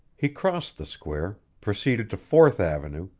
he crossed the square, proceeded to fourth avenue,